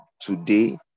today